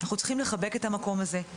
אנחנו צריכים לחבק את המקום הזה,